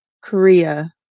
Korea